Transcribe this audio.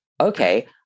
okay